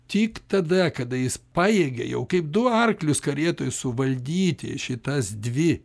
tik tada kada jis pajėgia jau kaip du arklius karietoj suvaldyti šitas dvi